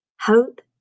Hope